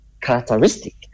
characteristic